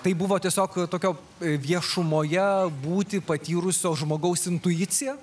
tai buvo tiesiog tokio viešumoje būti patyrusio žmogaus intuicija